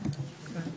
15:15.